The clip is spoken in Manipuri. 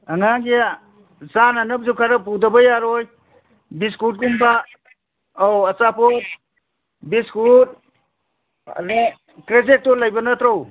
ꯑꯉꯥꯡꯒꯤ ꯆꯥꯅꯅꯕꯁꯨ ꯈꯔ ꯄꯨꯗꯕ ꯌꯥꯔꯣꯏ ꯕꯤꯁꯀꯨꯠꯀꯨꯝꯕ ꯑꯧ ꯑꯆꯥꯄꯣꯠ ꯕꯤꯁꯀꯨꯠꯅꯦ ꯀ꯭ꯔꯦꯖꯦꯛꯇꯣ ꯂꯩꯕ ꯅꯠꯇ꯭ꯔꯣ